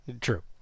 true